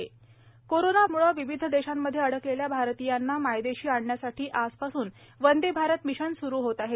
corona व्हायरसमुळे विविध देशांमध्ये अडकलेल्या भारतीयांना मायदेशी आणण्यासाठी आजपासून वंदे भारत मिशन सुरू होत आहे